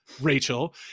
Rachel